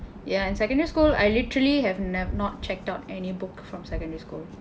ya in secondary school I literally have no not checked out any book from secondary school